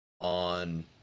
on